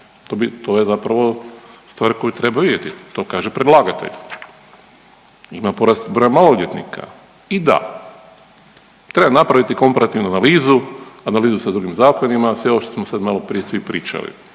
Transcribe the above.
To je zapravo stvar koju treba vidjeti, to kaže predlagatelj. Ima porast broja maloljetnika. I da, treba napraviti komparativnu analizu, analizu sa drugim zakonima sve ovo šta smo sad maloprije svi pričali.